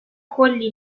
کلی